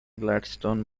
gladstone